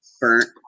Burnt